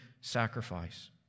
sacrifice